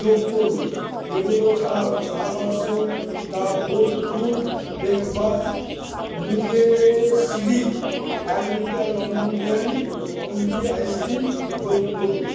যোগ করুন এগুলো ছাড়াও চার বাক্স the whole truth breakfast muesli এক litre London dairy kulfi ice cream যোগ করুন